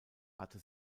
hatte